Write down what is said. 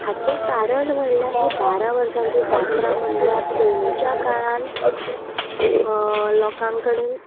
हाचे कारण म्हळ्यार ही बारा वर्सांची जात्रा म्हळ्यार पयलीच्या काळान लोकां कडेन